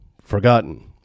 forgotten